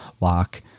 lock